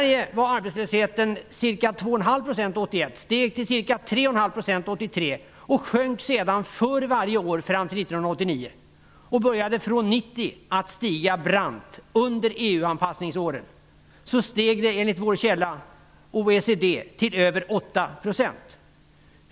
I 1989. Den började stiga brant från 1990. Under EU anpassningsåren steg den till över 8 %, enligt vår källa, OECD.